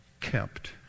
kept